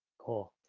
cool.